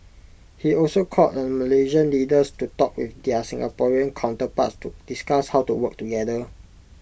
he also called on Malaysian leaders to talk with their Singaporean counterparts to discuss how to work together